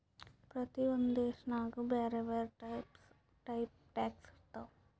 ಪ್ರತಿ ಒಂದ್ ದೇಶನಾಗ್ ಬ್ಯಾರೆ ಬ್ಯಾರೆ ಟೈಪ್ ಟ್ಯಾಕ್ಸ್ ಇರ್ತಾವ್